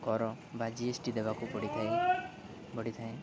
କର ବା ଜିଏସ୍ଟି ଦେବାକୁ ପଡ଼ିଥାଏ ପଡ଼ିଥାଏ